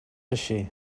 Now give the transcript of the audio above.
així